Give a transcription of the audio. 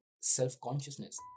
self-consciousness